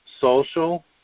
social